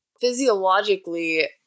physiologically